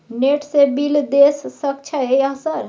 Net से bill देश सक छै यह सर?